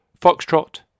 Foxtrot